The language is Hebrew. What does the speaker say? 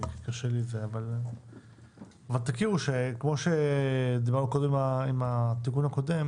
אבל תכירו בכך שכמו בתיקון הקודם